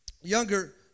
younger